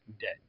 Dead